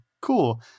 cool